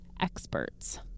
experts